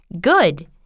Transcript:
Good